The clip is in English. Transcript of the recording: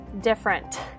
different